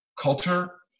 culture